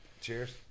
Cheers